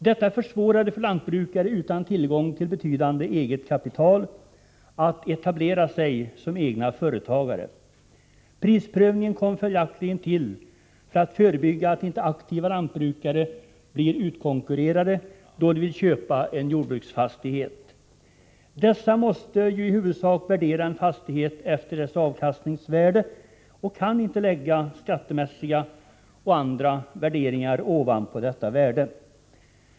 Detta försvårade för lantbrukare utan tillgång till betydande eget kapital att etablera sig som egna företagare. Prisprövningen kom följaktligen till för att förebygga att aktiva lantbrukare blir utkonkurrerade då de vill köpa en jordbruksfastighet. Dessa måste ju i huvudsak värdera en fastighet efter dess avkastningsvärde och kan inte lägga skattemässiga eller andra värderingar ovanpå detta värde.